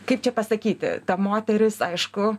kaip čia pasakyti ta moteris aišku